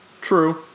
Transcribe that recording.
True